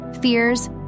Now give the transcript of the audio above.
fears